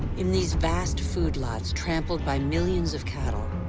in these vast foodlots, trampled by millions of cattle,